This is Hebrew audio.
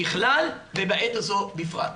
ככלל, ובעת הזו בפרט.